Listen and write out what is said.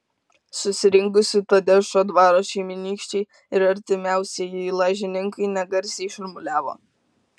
susirinkusių tadeušo dvaro šeimynykščiai ir artimiausieji lažininkai negarsiai šurmuliavo